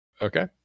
okay